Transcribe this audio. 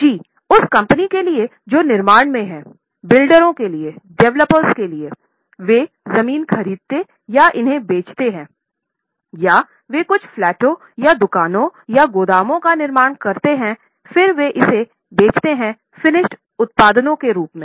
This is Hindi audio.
ज़ी उस कंपनी के लिए जो निर्माण में है बिल्डरों के लिए डेवलपर्स के लिए वे ज़मीन खरीदते या इन्हें बेचते हैं या वे कुछ फ्लैटों या दुकानों या गोदामों का निर्माण करते हैं फिर वे इसे बेचते हैं फिनिश्ड उत्पादों के रूप में